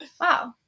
Wow